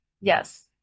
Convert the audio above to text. Yes